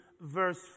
verse